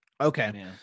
Okay